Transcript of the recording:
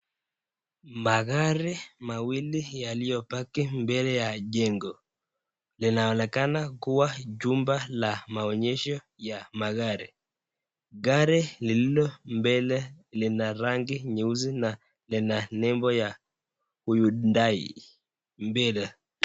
Magari mawili yaliyobaki mbele ya jengo , linaonekana kuwa jumba la maonyesho ya magari , gari lilombele lina rangi nyeusi lina nembo ya uyudai dealer.